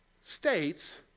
states